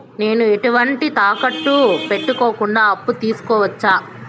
నేను ఎటువంటి తాకట్టు పెట్టకుండా అప్పు తీసుకోవచ్చా?